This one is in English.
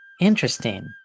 Interesting